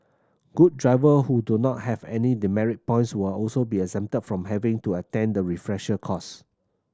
good driver who do not have any demerit points will also be exempted from having to attend the refresher course